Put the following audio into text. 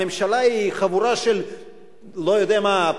הממשלה היא חבורה של אני לא יודע מה,